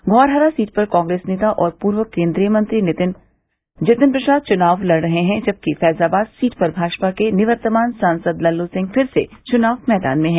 Dhaurahra seat पर कांग्रेस नेता और पूर्व केन्द्रीय मंत्री जितिन प्रसाद चुनाव लड़ रहे हैं जबकि फैजाबाद सीट पर भाजपा के निवर्तमान सांसद लल्लू सिंह फिर से चुनाव मैदान में हैं